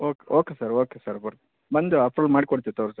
okay okay sir okay sir ಬಂದು approve ಮಾಡ್ಕೊಡ್ತಿವಿ ತಗೋ ರೀ ಸರ್